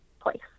place